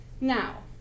Now